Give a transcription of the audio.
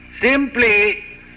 Simply